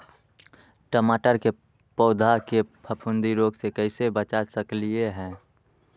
टमाटर के पौधा के फफूंदी रोग से कैसे बचा सकलियै ह?